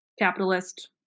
capitalist